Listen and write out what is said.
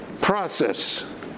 process